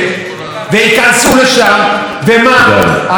או שתהרוג את כל ה-10,000, או שהם ישחטו אותנו.